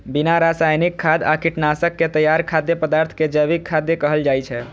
बिना रासायनिक खाद आ कीटनाशक के तैयार खाद्य पदार्थ कें जैविक खाद्य कहल जाइ छै